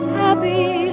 happy